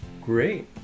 great